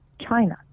China